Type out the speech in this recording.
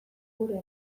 gure